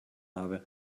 habe